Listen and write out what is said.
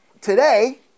Today